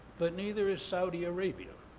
but neither is saudi arabia